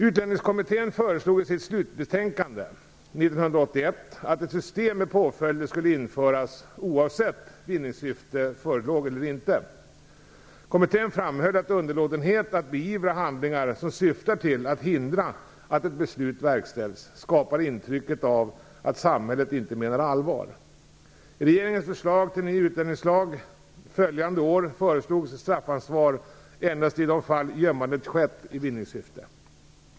Utlänningskommittén föreslog i sitt slutbetänkande år 1981 att ett system med påföljder skulle införas, oavsett om vinningssyfte förelåg eller inte. Kommittén framhöll att underlåtenhet att beivra handlingar som syftar till att hindra att ett beslut verkställs, skapar ett intryck av att samhället inte menar allvar. I regeringens förslag till ny utlänningslag följande år föreslogs straffansvar endast i de fall gömmandet skett i vinningssyfte.